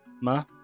ma